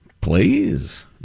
please